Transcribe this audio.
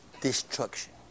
destruction